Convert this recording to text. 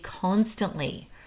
constantly